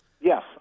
Yes